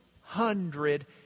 hundred